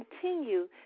continue